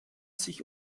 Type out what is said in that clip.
sich